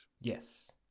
yes